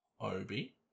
Obi